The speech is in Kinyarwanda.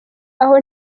aho